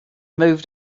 moved